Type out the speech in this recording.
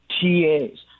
TAs